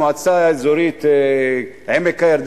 מועצה אזורית עמק-הירדן,